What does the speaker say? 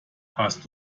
hast